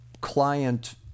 client